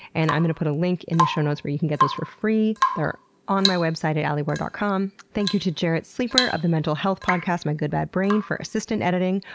and i'm gonna put a link in the show notes where you can get those for free. they are on my website at alieward dot com. thank you to jarrett sleeper of the mental health podcast my good, bad brain for assistant editing.